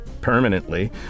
Permanently